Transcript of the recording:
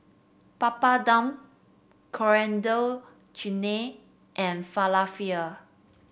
Papadum Coriander Chutney and Falafel